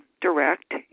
direct